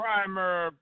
Primer